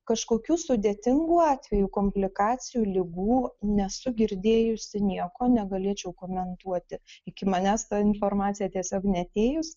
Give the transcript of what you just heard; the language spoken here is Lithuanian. kažkokių sudėtingų atvejų komplikacijų ligų nesu girdėjusi nieko negalėčiau komentuoti iki manęs ta informacija tiesiog neatėjus